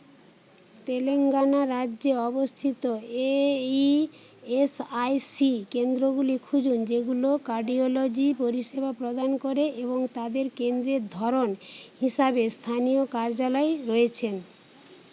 তেলেঙ্গানা রাজ্যে অবস্থিত E S I C কেন্দ্রগুলো খুঁজুন যেগুলো কার্ডিওলজি পরিষেবা প্রদান করে এবং তাদের কেন্দ্রের ধরন হিসাবে স্থানীয় কার্যালয় রয়েছে